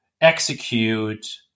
execute